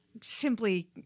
simply